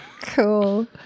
Cool